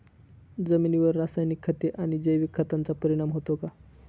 जमिनीवर रासायनिक खते आणि जैविक खतांचा परिणाम होतो का?